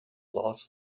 lost